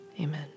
Amen